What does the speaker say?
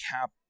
cap